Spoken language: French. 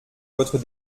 votre